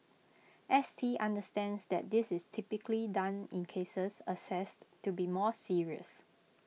S T understands that this is typically done in cases assessed to be more serious